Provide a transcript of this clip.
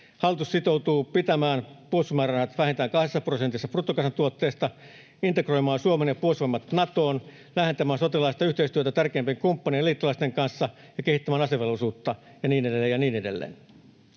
Hallitus sitoutuu pitämään puolustusmäärärahat vähintään kahdessa prosentissa bruttokansantuotteesta, integroimaan Suomen ja Puolustusvoimat Natoon, lähentämään sotilaallista yhteistyötä tärkeimpien kumppanien ja liittolaisten kanssa ja kehittämään asevelvollisuutta ja niin edelleen